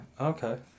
Okay